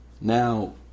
Now